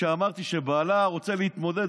כשאמרתי שבעלה רוצה להתמודד,